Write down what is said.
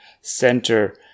center